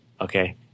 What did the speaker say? Okay